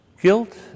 Guilt